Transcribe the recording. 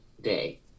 day